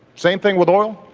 same thing with oil.